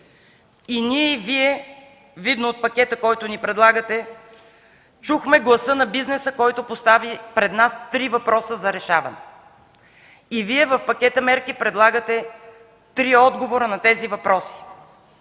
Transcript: И ние, и Вие, видно от пакета, който ни предлагате, чухме гласа на бизнеса, който постави пред нас три въпроса за решаване. И Вие в пакета мерки предлагате три отговора на тези въпроси.